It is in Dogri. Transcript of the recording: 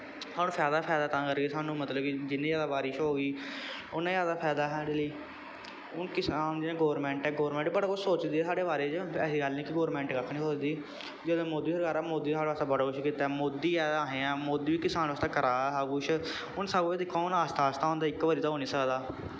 सानूं फैदा गै फैदा ऐ तां करके सानूं मतलब कि जिन्नी जादा बारिश हो गी उन्ना जादा फैदा ऐ साढ़े लेई हून किसान जियां गौरमैंट ऐ गौरमैंट बड़ा किश सोचदी ऐ साढ़े बारे च ऐसी गल्ल निं ऐ कि गौरमैंट कक्ख निं सोचदी जदूं दे मोदी होर आए दे मोदी साढ़े आस्तै बड़ा किश कीता ऐ मोदी ऐ ते असें आं मोदी बी किसान आस्तै करा दा ऐ सब कुछ हून सब कुछ दिक्खो हां हून आस्ता आस्ता गै होंदा ऐ इक्को बार ते हो निं सकदा